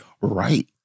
Right